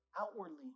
outwardly